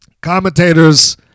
Commentators